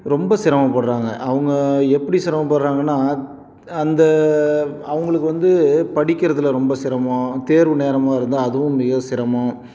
ரொம்ப சிரமப்படுறாங்க அவங்க எப்படி சிரமப்படுறாங்கன்னா அந்த அவங்களுக்கு வந்து படிக்கிறதில் ரொம்ப சிரமம் தேர்வு நேரமாக இருந்தால் அதுவும் மிக சிரமம்